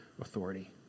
authority